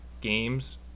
games